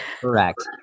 Correct